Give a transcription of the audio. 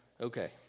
Okay